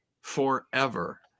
forever